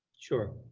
sure.